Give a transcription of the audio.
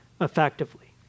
effectively